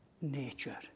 nature